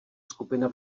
skupina